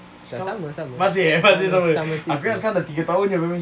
sama sama sama six years